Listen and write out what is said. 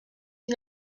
sie